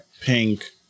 pink